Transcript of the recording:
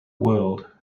world